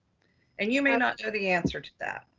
and you may not know the answer to that.